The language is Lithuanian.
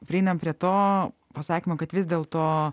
prieinam prie to pasakymo kad vis dėlto